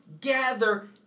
gather